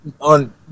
on